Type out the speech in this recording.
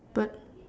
but